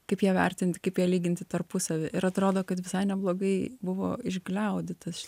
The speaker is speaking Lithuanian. kaip ją vertinti kaip ją lyginti tarpusavyj ir atrodo kad visai neblogai buvo išgliaudytas